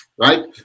right